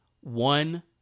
one